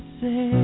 say